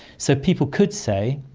so people could say,